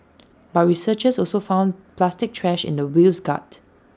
but researchers also found plastic trash in the whale's gut